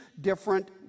different